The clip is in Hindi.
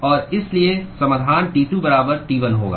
और इसलिए समाधान T2 बराबर T1 होगा